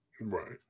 Right